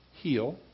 Heal